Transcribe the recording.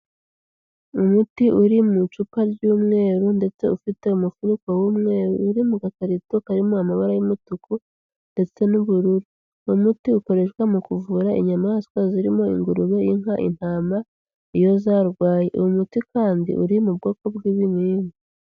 Umuti uri mu icupa ry'umweru ndetse ufite umufuniko w'umweru, uri mu gakarito karimo amabara y'umutuku ndetse n'ubururu. Uwo muti ukoreshwa mu kuvura inyamaswa zirimo ingurube, inka, intama, iyo zarwaye. Uwo muti kandi, uri mu bwoko bw'ibinini.